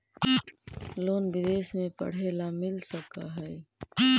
Loan विदेश में पढ़ेला मिल सक हइ?